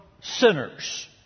sinners